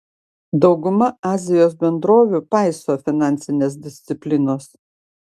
dauguma azijos bendrovių paiso finansinės disciplinos